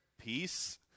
peace